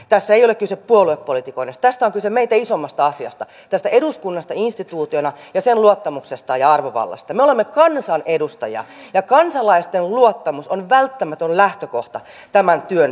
taas ei ole kyse puoluepolitikoinnistasta kyse meitä isommasta asiasta tästä eduskunnasta käyn itse siellä säännöllisesti kurkkimassa niitä työpaikkoja ja se on kyllä kylmä totuus